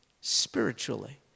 spiritually